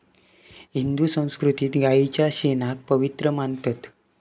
हिंदू संस्कृतीत गायीच्या शेणाक पवित्र मानतत